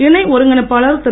இணை ஒருங்கிணைப்பாளர் திரு